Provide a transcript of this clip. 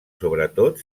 sobretot